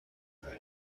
day